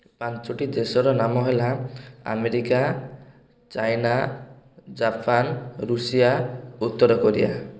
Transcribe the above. ପାଞ୍ଚଟି ଦେଶର ନାମ ହେଲା ଆମେରିକା ଚାଇନା ଜାପାନ୍ ଋଷିଆ ଉତ୍ତର କୋରିଆ